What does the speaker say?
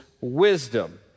wisdom